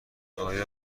آیا